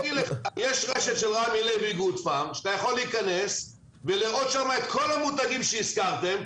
יש רשת של רמי לוי שאתה יכול להיכנס ולראות שם את כל המותגים שהזכרתם,